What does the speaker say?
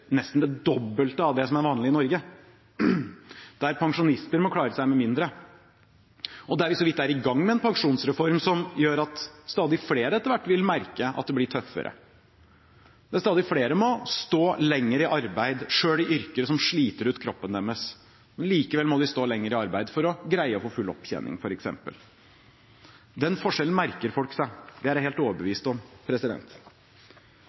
nesten det dobbelte av hva som er vanlig i Norge, der pensjonister må klare seg med mindre, og der vi bare så vidt er i gang med en pensjonsreform som gjør at stadig flere etter hvert vil merke at det blir tøffere, der stadig flere må stå lenger i arbeid, selv i yrker som sliter ut kroppen deres. Likevel må de stå lenger i arbeid for f.eks. å greie å få full opptjening. Den forskjellen merker folk seg. Det er jeg helt